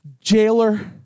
jailer